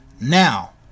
Now